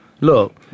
Look